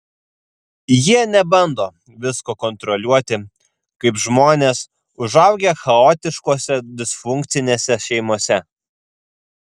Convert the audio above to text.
jie nebando visko kontroliuoti kaip žmonės užaugę chaotiškose disfunkcinėse šeimose